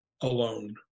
alone